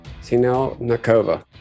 Sinel-Nakova